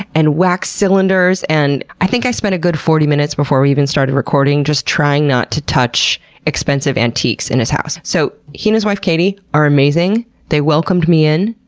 and wax cylinders, and i think i spent a good forty minutes before we even started recording, just trying not to touch expensive antiques in his house. so he and his wife, katie, are amazing, they welcomed me in.